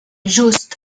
just